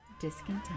discontent